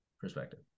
perspective